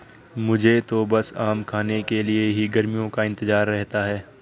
मुझे तो बस आम खाने के लिए ही गर्मियों का इंतजार रहता है